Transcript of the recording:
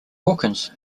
hawkins